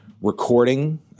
recording